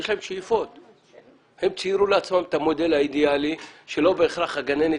הם ציירו לעצמם את המודל האידיאלי שלא בהכרח הגננת